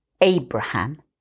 Abraham